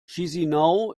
chișinău